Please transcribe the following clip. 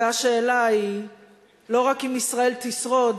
והשאלה היא לא רק אם ישראל תשרוד